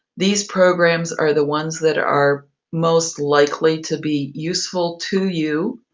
these programs are the ones that are most likely to be useful to you.